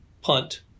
punt